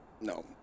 no